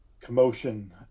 commotion